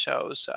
shows